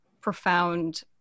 profound